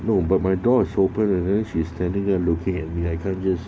no but my door is open and then she's standing there looking at me I can't just